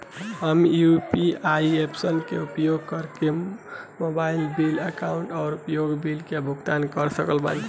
हम UPI apps के उपयोग करके मोबाइल बिल आउर अन्य उपयोगिता बिलन के भुगतान कर सकत बानी